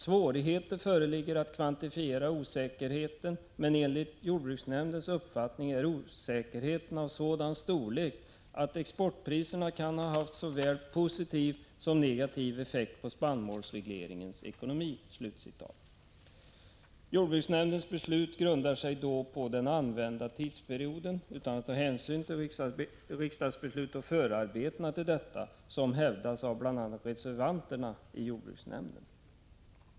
Svårigheter föreligger att kvantifiera osäkerheten men enligt JNs uppfattning är osäkerheten av sådan storlek att exportpriserna kan ha haft en såväl positiv som negativ effekt på spannmålsregleringens ekonomi.” Jordbruksnämndens beslut grundar sig då på den använda tidsperioden utan att ta hänsyn till riksdagsbeslutet och förarbetena till detta, som hävdats av bl.a. reservanterna i jordbruksnämnden.